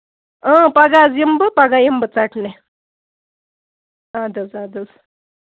پَگاہ حظ یِمہٕ بہٕ پَگاہ حظ یِمہٕ بہٕ ژَٹنہِ اَدٕ حظ اَدٕ حظ